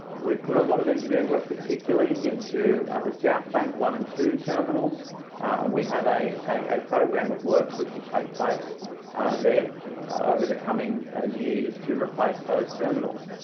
we've put a lot of engineering work particularly into the south bank one and two terminals and we have a program of works which will take place there over the coming years to replace those terminals.